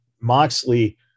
Moxley